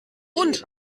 und